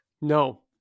No